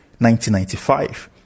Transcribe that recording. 1995